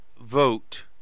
vote